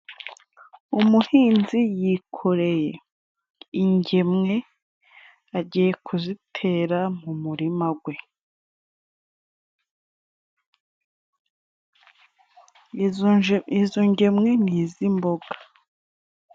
Umuhinzi yikoreye ingemwe, agiye kuzitera mu murima we. Izo ngemwe ni iz'imboga.